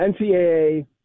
NCAA